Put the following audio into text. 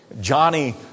Johnny